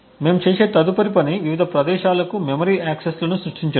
మేము చేసే తదుపరి పని వివిధ ప్రదేశాలకు మెమరీ యాక్సిస్లను సృష్టించడం